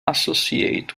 associate